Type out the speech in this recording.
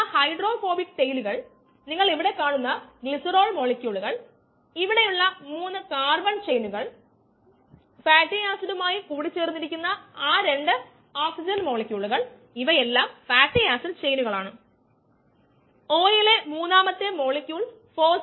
vm എന്നത് maximum നിരക്ക് ആണ് അതായത് നിരക്ക് വർദ്ധിക്കുന്നു എന്നിട്ട് അസിംപ്റ്റോട്ടിക് മാക്സിമം റേറ്റ് vm കൈവരിക്കുന്നു കൂടാതെ K m നെ S കൊണ്ട് റീപ്ലേസ് ചെയുന്നു അപ്പോൾ നമുക്ക് ലഭിക്കുനത് v ഈക്വല്സ് S 2 S എന്നാണ് അതിനാൽ vm 2 ചെയ്യാം